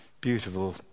beautiful